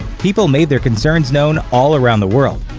people made their concerns known all around the world,